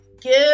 give